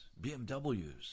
BMWs